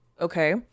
Okay